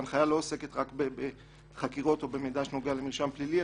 ההנחיה לא עוסקת רק בחקירות או במידע שנוגע למרשם פלילי,